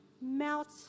melt